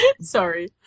Sorry